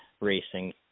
Racing